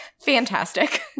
fantastic